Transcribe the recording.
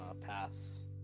pass